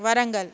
Warangal